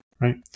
Right